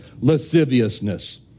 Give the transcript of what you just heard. lasciviousness